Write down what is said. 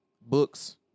books